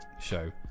show